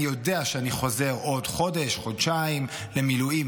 אני יודע שאני חוזר שוב עוד חודש-חודשיים למילואים,